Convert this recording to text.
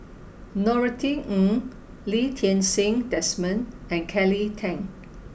Norothy Ng Lee Ti Seng Desmond and Kelly Tang